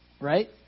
Right